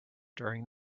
during